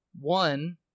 One